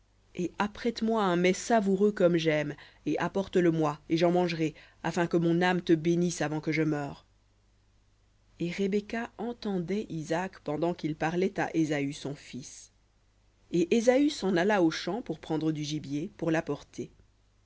et apprête moi un mets savoureux comme j'aime et apporte le moi et j'en mangerai afin que mon âme te bénisse avant que je meure et rebecca entendait isaac pendant qu'il parlait à ésaü son fils et ésaü s'en alla aux champs pour prendre du gibier pour l'apporter